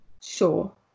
sure